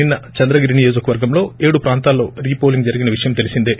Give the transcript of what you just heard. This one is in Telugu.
నిన్న చంద్రగిరి నియోజకవర్గంలో ఏడు ప్రాంతాల్లో రీ పోలింగ్ జరిగిన విషయం తెలిసిందే